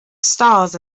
stars